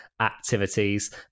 activities